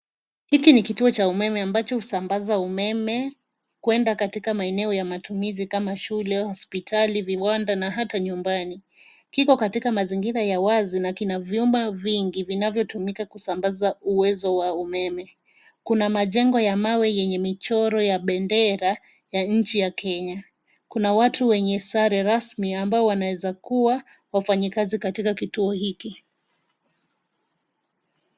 Hiki ni kituo cha umeme ambacho husambasa umeme kuenda kwenye maeneo ya Matumizi kama shule hositali, viwanda na hata nyumbani. kiko katika mazingira ya wazi na kinachombo au vingi vinavyotumika kasambaza uwezo wa umeme. Kuna Majengo ya mama yenye michoro ya bendera ya nchi ya kenya. kana wata wenye sare rasmi wanaeza kuwa Nafanyi kazi katika kituo hiki.